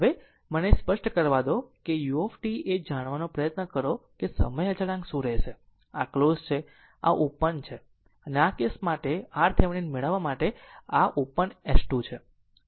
હવે અહીં મને તે અહીં સ્પષ્ટ કરવા દો જો u એ જાણવાનો પ્રયત્ન કરો કે સમય અચળાંક શું રહેશે આ આ ક્લોઝ છે આ ઓપન જમણું છે અને આ કેસ માટે RThevenin મેળવવા માટે પરંતુ આ ઓપન S2 છે